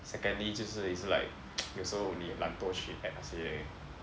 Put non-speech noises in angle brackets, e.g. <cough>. secondly 就是 it's like <noise> 有时候你懒惰去 add 那些